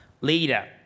leader